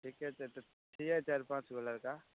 ठीके छै तऽ छियै चारि पाँच गो लड़का